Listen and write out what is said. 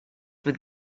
with